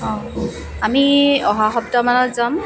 অঁ আমি অহা সপ্তাহমানত যাম